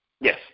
Yes